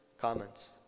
Comments